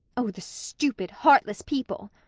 oh, the stupid, heartless people!